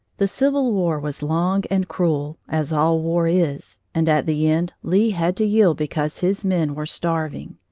the civil war was long and cruel, as all war is, and at the end lee had to yield because his men were starving.